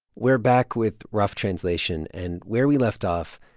we're back with rough translation. and where we left off,